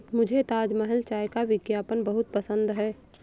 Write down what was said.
मुझे ताजमहल चाय का विज्ञापन बहुत पसंद है